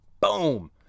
boom